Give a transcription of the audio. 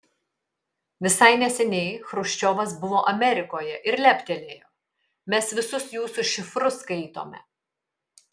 visai neseniai chruščiovas buvo amerikoje ir leptelėjo mes visus jūsų šifrus skaitome